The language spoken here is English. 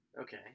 Okay